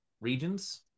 regions